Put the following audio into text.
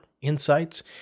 insights